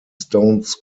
stones